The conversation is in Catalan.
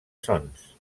sons